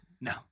No